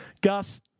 Gus